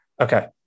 Okay